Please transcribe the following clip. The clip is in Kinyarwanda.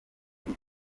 biri